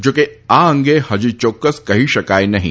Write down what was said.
જોકે આ અંગે હજી ચોક્કસ કહી શકાય નહીં